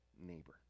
neighbor